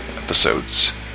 episodes